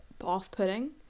off-putting